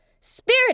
Spirit